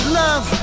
love